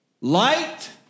Light